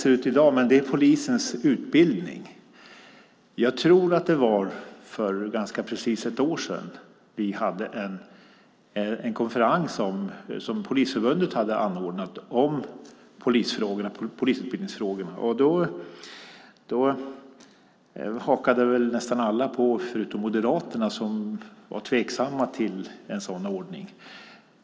Jag vet inte hur läget ser ut i dag. Jag tror att det var för ganska precis ett år sedan som Polisförbundet anordnade en konferens om polisutbildningsfrågorna. Då hakade nästan alla, förutom Moderaterna som var tveksamma, på en sådan ordning.